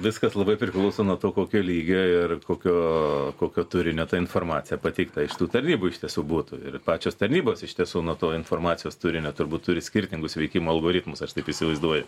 viskas labai priklauso nuo to kokio lygio ir kokio kokio turinio ta informacija pateikta iš tų tarnybų iš tiesų būtų ir pačios tarnybos iš tiesų nuo to informacijos turinio turbūt turi skirtingus veikimo algoritmus aš taip įsivaizduoju